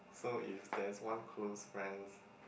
so if there is one close friends